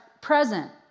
present